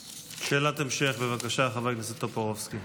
בבקשה, חבר הכנסת טופורובסקי.